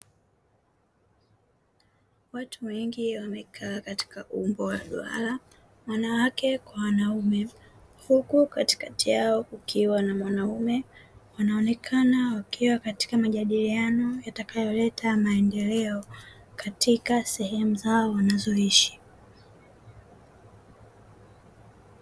Watu wengi wamekaa katika umbo la duara, wanawake kwa wanaume, huku katikati yao kukiwa na mwanaume. Wanaonekana wakiwa katika majadiliano yatakayoleta maendeleo katika sehemu zao wanazoishi.